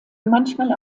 manchmal